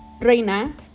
Reina